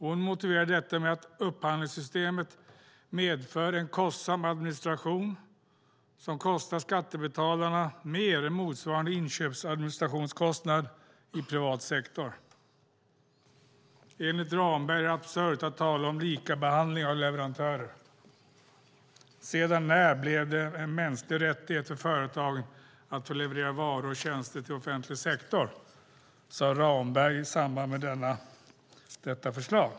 Hon motiverar detta med att upphandlingssystemet medför en kostsam administration som kostar skattebetalarna mer än motsvarande inköpsadministrationskostnad i privat sektor. Enligt Ramberg är det absurt att tala om likabehandling av leverantörer. Sedan när blev det en mänsklig rättighet för företag att få leverera varor och tjänster till offentlig sektor? Detta sade Ramberg i samband med detta förslag.